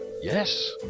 Yes